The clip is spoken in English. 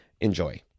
Enjoy